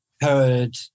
heard